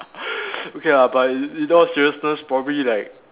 okay ah but in in all seriousness probably like